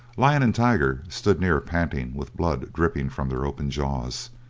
lion and tiger stood near panting, with blood dripping from their open jaws.